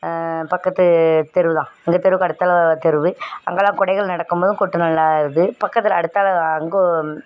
பக்கத்து தெருவு தான் எங்கள் தெருவுக்கு அடுத்தல தெருவு அங்கேள்லாம் கொடைகள் நடக்கும் போது கொட்டு நல்லா ஆகுது பக்கத்தில் அடுத்தது அங்கே